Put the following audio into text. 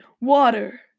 Water